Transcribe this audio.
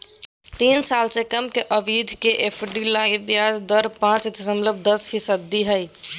तीन साल से कम के अवधि के एफ.डी लगी ब्याज दर पांच दशमलब दस फीसदी हइ